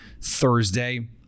Thursday